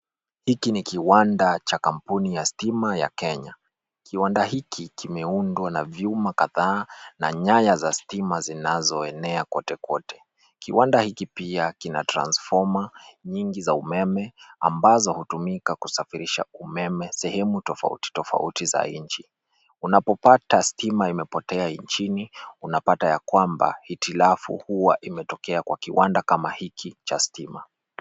Hiki ni kiwanda cha kampuni ya stima ya Kenya. Kiwanda hiki kimeundwa na vyuma kadhaa na nyaya za stima zinazoenea kote kote. Kiwanda hiki pia kina transformer nyingi za umeme, ambazo hutumika kusafirisha umeme sehemu tofauti tofauti za nchi. Unapopata stima imepotea nchini, unapata ya kwamba, hitilafu huwa imetokea kwa kiwanda kama hiki cha stima.